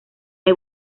hay